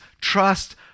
trust